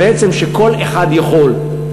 שבעצם כל אחד יכול.